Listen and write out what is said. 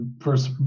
first